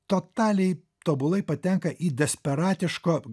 totaliai tobulai patenka į desperatiško